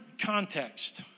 context